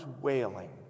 wailing